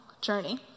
journey